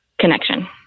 connection